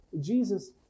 Jesus